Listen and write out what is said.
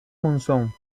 monzón